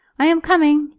i am coming,